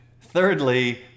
thirdly